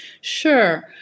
Sure